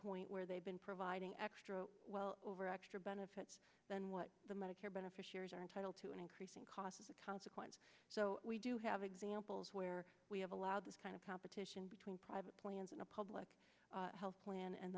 point where they've been providing extra well over extra benefits than what the medicare beneficiaries are entitled to an increasing cost as a consequence so we do have examples where we have allowed this kind of competition between private plans in a public health plan and